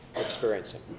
experiencing